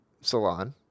salon